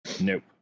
Nope